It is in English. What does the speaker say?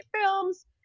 Films